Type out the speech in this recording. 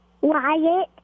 Wyatt